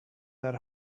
that